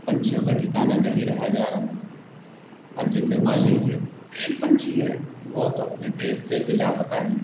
पक्षियों का ठिकाना नहीं रहा जा रहा अब जैसे मान लीजिए एक पक्षी है वह तो अपने देश से ही लापता है